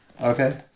Okay